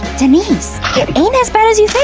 denise, it ain't as bad as you think!